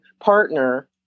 partner